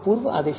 पूर्व आदेश